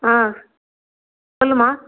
ஆ சொல்லுமா